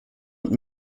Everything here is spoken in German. und